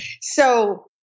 So-